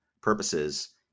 purposes